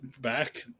back